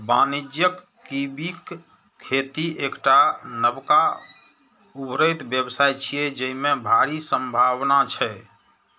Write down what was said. वाणिज्यिक कीवीक खेती एकटा नबका उभरैत व्यवसाय छियै, जेमे भारी संभावना छै